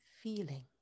feeling